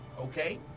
Okay